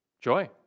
joy